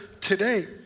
today